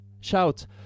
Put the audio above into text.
shout